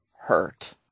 hurt